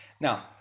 Now